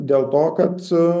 dėl to kad